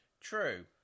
True